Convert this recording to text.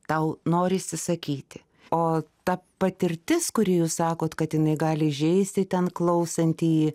tau norisi sakyti o ta patirtis kuri jūs sakot kad jinai gali įžeisti ten klausantįjį